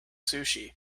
sushi